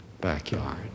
backyard